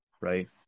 right